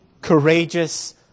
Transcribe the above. courageous